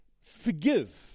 forgive